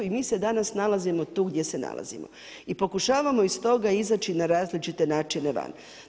I mi se danas nalazimo tu gdje se nalazimo i pokušavamo iz toga izaći na različite načine van.